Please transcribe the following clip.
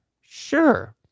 Sure